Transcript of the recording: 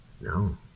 No